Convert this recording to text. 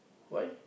why